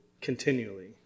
continually